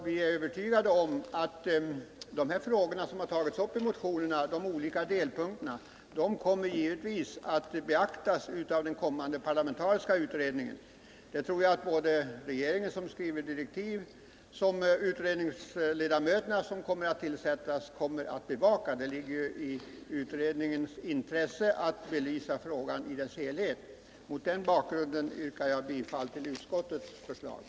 Vi är övertygade om att de olika delfrågor som tagits upp i motionerna kommer att beaktas av den kommande parlamentariska utredningen. Det tror jag att både regeringen, som skall skriva direktiven, och de utredningsledamöter som skall tillsättas kommer att bevaka. Det ligger ju i utredningens intresse att belysa frågan i dess helhet. Mot den här bakgrunden yrkar jag bifall till utskottets hemställan.